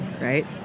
right